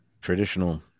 traditional